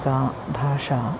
सा भाषा